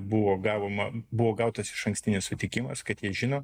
buvo gavom buvo gautas išankstinis sutikimas kad jie žino